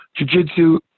jujitsu